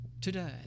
Today